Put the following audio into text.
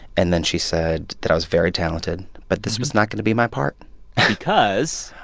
and then she said that i was very talented, but this was not going to be my part because.